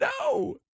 no